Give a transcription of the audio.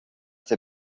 der